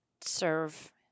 serve